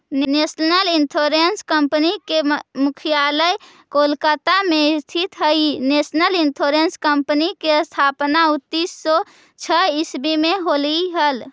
national insurance company के मुख्यालय कोलकाता में स्थित हइ नेशनल इंश्योरेंस कंपनी के स्थापना उन्नीस सौ छः ईसवी में होलई हल